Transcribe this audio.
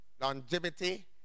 longevity